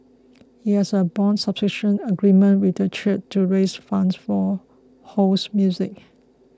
it had a bond subscription agreement with the church to raise funds for Ho's music